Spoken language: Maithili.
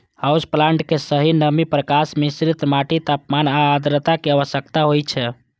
हाउस प्लांट कें सही नमी, प्रकाश, मिश्रित माटि, तापमान आ आद्रता के आवश्यकता होइ छै